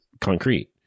concrete